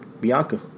Bianca